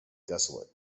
desolate